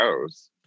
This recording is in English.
goes